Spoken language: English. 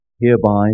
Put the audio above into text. Hereby